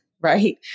right